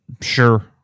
Sure